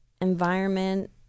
environment